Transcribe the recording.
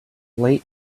late